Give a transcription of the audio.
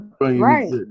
right